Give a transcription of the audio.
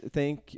Thank